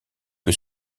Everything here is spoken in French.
que